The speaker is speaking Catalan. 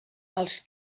els